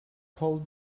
cold